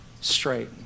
straight